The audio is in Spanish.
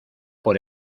por